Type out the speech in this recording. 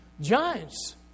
Giants